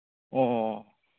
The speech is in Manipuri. ꯑꯣ